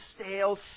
stale